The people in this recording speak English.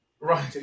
Right